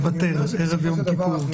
ערב יום כיפור.